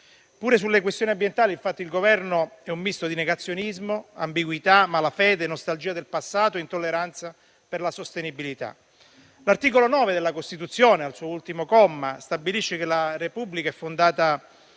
Pure sulle questioni ambientali, infatti, il Governo è un misto di negazionismo, ambiguità, malafede, nostalgia del passato e intolleranza per la sostenibilità. L'articolo 9 della Costituzione, al suo ultimo comma, sancisce che la Repubblica tutela